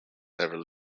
never